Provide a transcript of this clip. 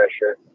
pressure